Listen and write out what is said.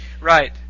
Right